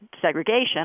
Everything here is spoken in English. segregation